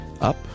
up